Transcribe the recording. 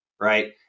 Right